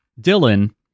Dylan